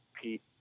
Pete